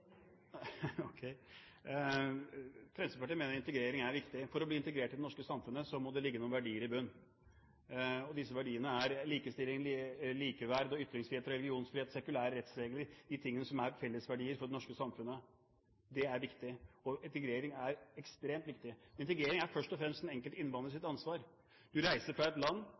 Ok. Takk for spørsmålet! Fremskrittspartiet mener integrering er viktig. For å bli integrert i det norske samfunnet må det ligge noen verdier i bunnen. Disse verdiene er likestilling, likeverd, ytringsfrihet, religionsfrihet, sekulære rettsregler – det som er fellesverdier for det norske samfunnet. Det er viktig. Integrering er ekstremt viktig. Integrering er først og fremst den enkelte innvandrers ansvar. Du reiser fra et land